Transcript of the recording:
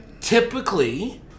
typically